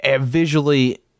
visually